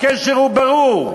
הקשר הוא ברור.